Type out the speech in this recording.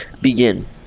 begin